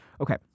okay